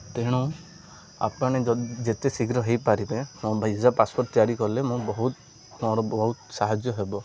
ତେଣୁ ଆପଣ ଯେତେ ଶୀଘ୍ର ହୋଇପାରିବେ ମୋ ଭିଜା ପାସ୍ପୋର୍ଟ୍ ତିଆରି କଲେ ମୋ ବହୁତ ମୋର ବହୁତ ସାହାଯ୍ୟ ହେବ